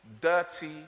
dirty